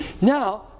Now